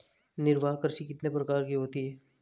निर्वाह कृषि कितने प्रकार की होती हैं?